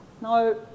No